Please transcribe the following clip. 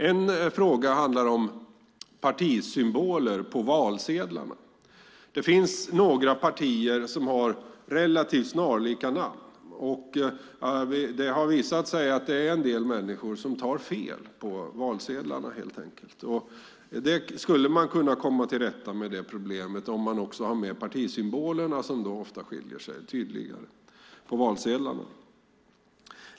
En fråga handlar om partisymboler på valsedlarna. Det finns partier som har relativt snarlika namn, och det har visat sig att det är en del människor som tar fel valsedlar helt enkelt. Det problemet skulle man kunna komma till rätta med om också partisymbolerna, som tydligare skiljer sig åt, finns med på valsedlarna.